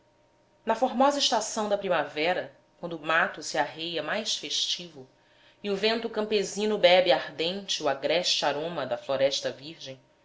na formosa estação da primavera quando o mato se arreia mais festivo e o vento campesino bebe ardente o agreste aroma da floresta virgem